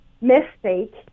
mistake